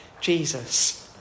Jesus